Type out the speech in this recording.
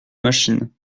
machine